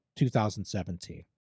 2017